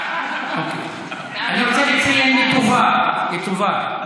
אני רוצה לציין לטובה, לטובה,